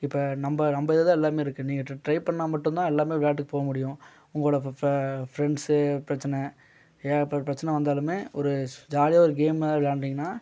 இப்போ நம்ம நம்ம இதில் தான் எல்லாமே இருக்குது நீங்கள் ட்ரை ட்ரை பண்ணால் மட்டுந்தான் எல்லாமே விளையாட்டுக்கு போக முடியும் உங்களோடய ஃப்ரண்ட்ஸு பிரச்சனை ஏகப்பட்ட பிரச்சனை வந்தாலுமே ஒரு ஜாலியாக கேம் மாதிரி விளாண்டீங்கனா